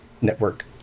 network